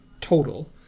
total